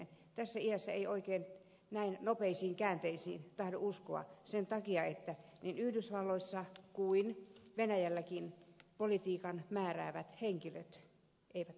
tässä iässä ei oikein näin nopeisiin käänteisiin tahdo uskoa sen takia että niin yhdysvalloissa kuin venäjälläkin politiikan määräävät henkilöt eivät strategiat